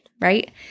right